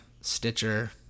Stitcher